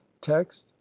text